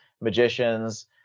magicians